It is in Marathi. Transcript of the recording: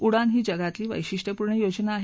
उडान ही जगातली वैशिष्ट्यपूर्ण योजना आहे